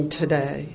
today